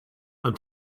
and